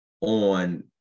on